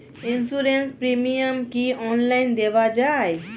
Insurance premium কি online দেওয়া যায়?